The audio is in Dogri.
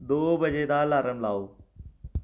दो बजे दा अलार्म लाओ